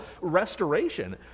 restoration